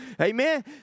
Amen